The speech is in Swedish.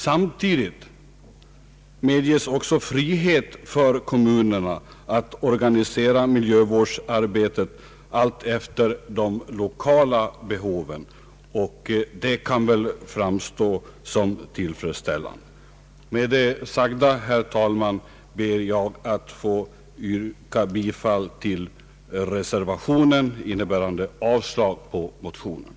Samtidigt medges frihet för kommunerna att organisera miljövårdsarbetet alltefter de 1okala behoven. Denna ordning kan anses vara tillfredsställande. Med det sagda ber jag, herr talman, att få yrka bifall till reservationen, innebärande avslag på motionerna.